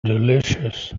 delicious